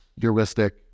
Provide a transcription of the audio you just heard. heuristic